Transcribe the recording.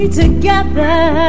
together